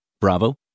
Bravo